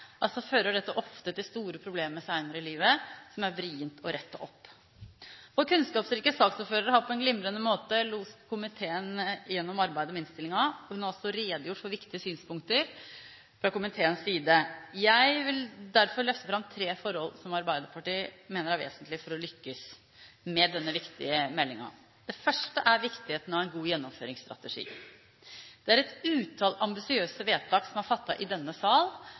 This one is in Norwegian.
fører dette ofte til store problemer senere i livet, problemer som det er vrient å rette opp. Vår kunnskapsrike saksordfører har på en glimrende måte loset komiteen gjennom arbeidet med innstillingen. Hun har også redegjort for viktige synspunkter fra komiteens side. Jeg vil derfor løfte fram tre forhold som Arbeiderpartiet mener er vesentlige for å lykkes med denne viktige meldingen. Det først er viktigheten av en god gjennomføringsstrategi. Det er et utall ambisiøse vedtak som er fattet i denne sal